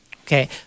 Okay